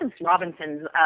Robinson's